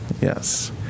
yes